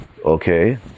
Okay